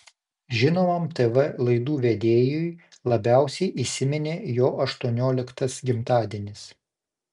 žinomam tv laidų vedėjui labiausiai įsiminė jo aštuonioliktas gimtadienis